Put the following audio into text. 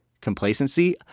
complacency